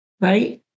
right